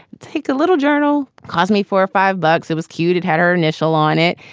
take a little journal, cause me for five bucks. it was cute. it had her initial on it,